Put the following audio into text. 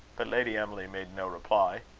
but lady emily made no reply.